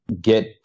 get